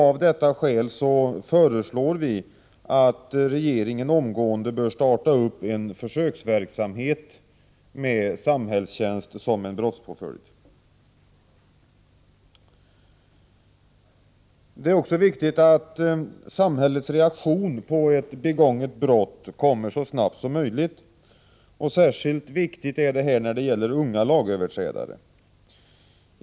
Av detta skäl föreslår vi att regeringen omgående skall starta en försöksverksamhet med samhällstjänst som brottspåföljd. Det är också viktigt att samhällets reaktion på ett begånget brott kommer så snabbt som möjligt. Särskilt viktigt är detta när det gäller unga lagöverträdare.